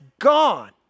gone